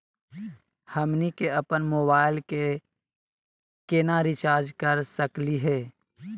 हमनी के अपन मोबाइल के केना रिचार्ज कर सकली हे?